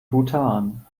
bhutan